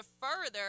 further